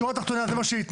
שורה תחתונה זה מה שייתנו.